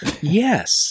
Yes